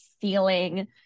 feeling